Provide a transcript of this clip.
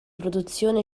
produzione